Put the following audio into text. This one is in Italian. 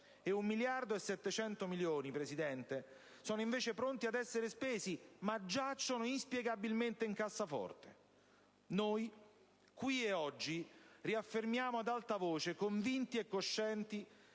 e 1,7 miliardi di euro, signor Presidente, sono invece pronti per essere spesi, ma giacciono inspiegabilmente in cassaforte. Noi, qui ed oggi, riaffermiamo ad alta voce, convinti e coscienti